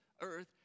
earth